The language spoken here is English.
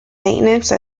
maintenance